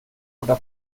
oder